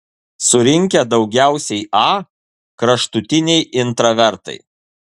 surinkę daugiausiai a kraštutiniai intravertai